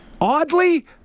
Oddly